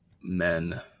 men